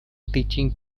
teaching